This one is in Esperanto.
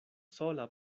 sola